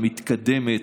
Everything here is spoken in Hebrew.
המתקדמת,